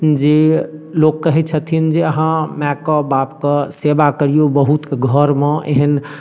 जे लोक कहै छथिन जे अहाँ मैयाके बापके सेवा करियौ बहुतके घरमे एहन